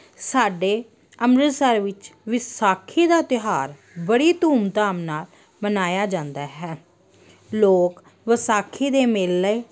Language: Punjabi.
ਸਾਡੇ ਅੰਮ੍ਰਿਤਸਰ ਵਿੱਚ ਵਿਸਾਖੀ ਦਾ ਤਿਉਹਾਰ ਬੜੀ ਧੂਮ ਧਾਮ ਨਾਲ ਮਨਾਇਆ ਜਾਂਦਾ ਹੈ ਲੋਕ ਵਿਸਾਖੀ ਦੇ ਮੇਲੇ